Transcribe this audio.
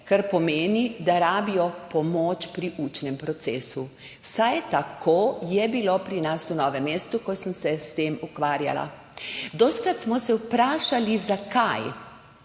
kar pomeni, da rabijo pomoč pri učnem procesu. Vsaj tako je bilo pri nas v Novem mestu, ko sem se s tem ukvarjala. Dostikrat smo se vprašali, zakaj.